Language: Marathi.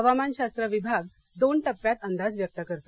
हवामानशास्त्र विभाग दोन टप्प्यात अंदाज व्यक्त करते